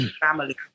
family